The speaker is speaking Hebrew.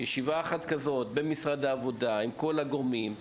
ישיבה אחת כזו במשרד העבודה, עם כל הגורמים,